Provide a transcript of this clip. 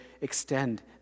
extend